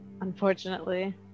Unfortunately